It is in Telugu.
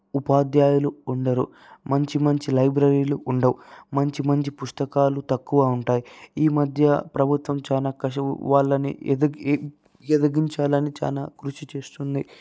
ఉపాధ్యాయులు ఉండరు మంచి మంచి లైబ్రరీలు ఉండవు మంచి మంచి పుస్తకాలు తక్కువ ఉంటాయి ఈ మధ్య ప్రభుత్వం చాలా కసువు వాళ్ళని ఎదిగి ఎదిగించాలని చాలా కృషి చేస్తుంది